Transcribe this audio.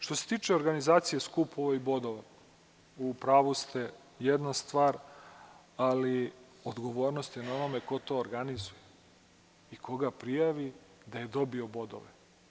Što se tiče organizacije skupova i bodova, u pravu ste jednu stvar, ali odgovornost je na onome ko to organizuje i koga prijavi da je dobio bodove.